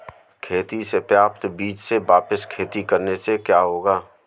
खेती से प्राप्त बीज से वापिस खेती करने से क्या होगा?